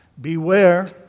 beware